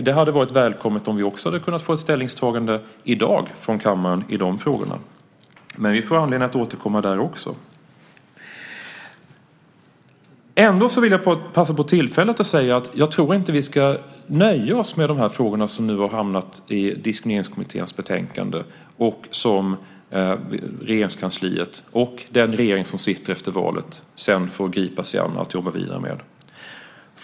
Det hade varit välkommet om vi i dag också hade kunnat få ett ställningstagande från kammaren i de frågorna, men vi får anledning att återkomma där också. Ändå vill jag passa på tillfället att säga att jag inte tror att vi ska nöja oss med de frågor som nu har hamnat i Diskrimineringskommitténs betänkande och som Regeringskansliet, och den regering som sitter efter valet, sedan får gripa sig an och jobba vidare med.